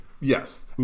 Yes